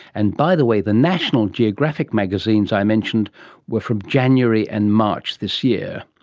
and by the way, the national geographic magazines i mentioned were from january and march this year.